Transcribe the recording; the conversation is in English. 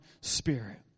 spirit